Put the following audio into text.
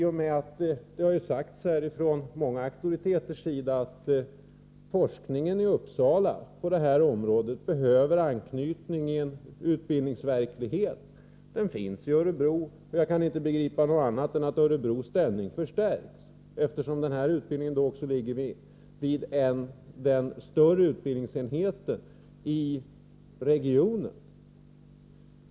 Det har sagts från många auktoriteters sida att forskningen i Uppsala på detta område behöver anknytning i en utbildningsverklighet. Den finns i Örebro, och jag kan inte begripa annat än att Örebros ställning förstärks, eftersom denna utbildning också ligger vid den större utbildningsenheten i regionen.